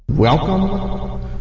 Welcome